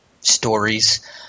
stories